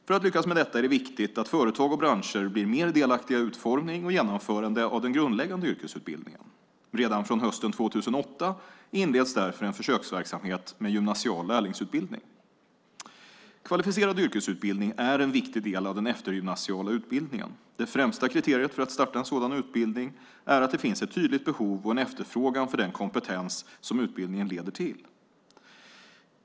För att lyckas med detta är det viktigt att företag och branscher blir mer delaktiga i utformning och genomförande av den grundläggande yrkesutbildningen. Redan från hösten 2008 inleds därför en försöksverksamhet med gymnasial lärlingsutbildning. Kvalificerad yrkesutbildning är en viktig del av den eftergymnasiala utbildningen. Det främsta kriteriet för att starta en sådan utbildning är att det finns ett tydligt behov och en efterfrågan av den kompetens som utbildningen leder till.